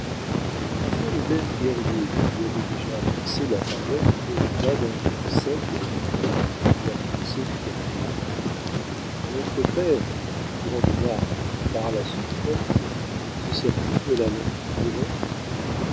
enfin le même guerrier qui lui avait déjà adressé la parole lui demanda d'un ton sec et en employant le patois français du canada quand notre père le grand monarque parle à son peuple se sert-il de la langue du huron